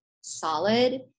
solid